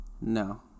No